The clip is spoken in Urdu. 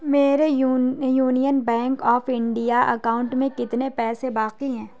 میرے Union Bank of India account میں کتنے پیسے باقی ہیں